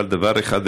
אבל דבר אחד,